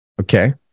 Okay